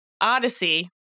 Odyssey